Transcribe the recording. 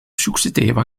succedeva